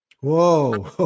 Whoa